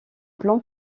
plan